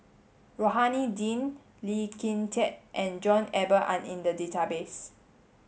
Rohani Din Lee Kin Tat and John Eber are in the database